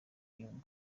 nyungwe